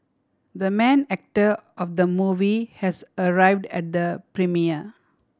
the main actor of the movie has arrived at the premiere